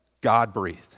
God-breathed